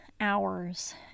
hours